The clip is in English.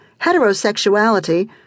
heterosexuality